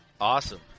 awesome